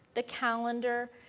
the calendar,